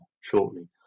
shortly